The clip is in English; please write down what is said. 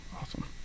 awesome